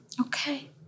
Okay